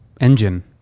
engine